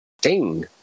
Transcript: Ding